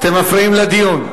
אתם מפריעים לדיון.